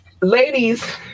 Ladies